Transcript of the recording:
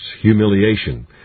humiliation